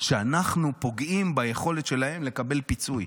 שאנחנו פוגעים ביכולת שלהם לקבל פיצוי.